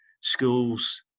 schools